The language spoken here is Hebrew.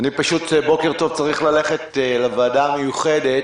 בוקר טוב, אני צריך ללכת לוועדה המיוחדת.